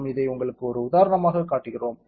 நாம் இதை உங்களுக்கு ஒரு உதாரணமாகக் காட்டுகிறோம்